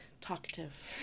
talkative